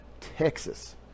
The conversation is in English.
Texas